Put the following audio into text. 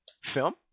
film